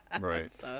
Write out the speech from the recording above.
right